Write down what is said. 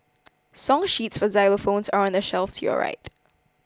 song sheets for xylophones are on the shelf to your right